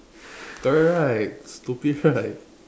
correct right stupid right